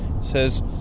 says